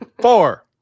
Four